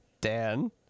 Dan